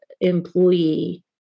employee